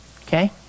Okay